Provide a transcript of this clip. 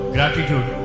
Gratitude